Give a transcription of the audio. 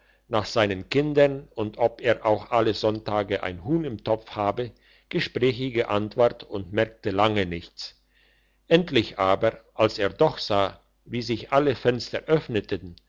nach seinen kindern und ob er auch alle sonntage ein huhn im topf habe gesprächige antwort und merkte lange nichts endlich aber als er doch sah wie sich alle fenster öffneten